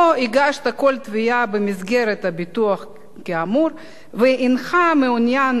לא הגשת כל תביעה במסגרת הביטוח כאמור והינך מעוניין